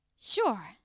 Sure